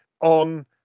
on